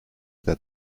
that